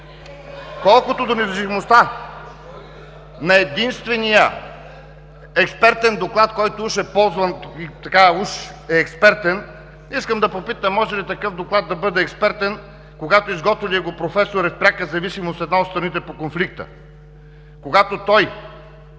Колкото до независимостта на единствения експертен доклад, който уж е ползван, уж е експертен, искам да попитам: може ли такъв доклад да бъде експертен, когато изготвилият го професор е в пряка зависимост с една от страните по конфликта? Когато той